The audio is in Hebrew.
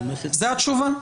זאת התשובה?